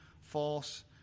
false